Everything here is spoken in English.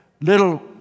little